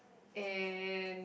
and